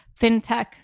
fintech